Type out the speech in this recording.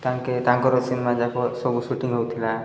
ତାଙ୍କେ ତାଙ୍କର ସିନେମା ଯାକ ସବୁ ସୁଟିଂ ହଉଥିଲା